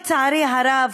לצערי הרב,